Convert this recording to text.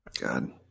God